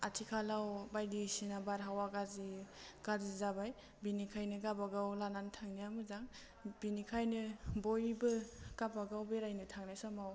आथिखालाव बायदिसिना बारहावा गाज्रि गाज्रि जाबाय बिनिखायनो गाबागाव लानानै थांनाया मोजां बिनिखायनो बयबो गाबागाव बेरायनो थांनाय समाव